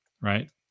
Right